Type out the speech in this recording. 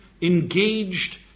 engaged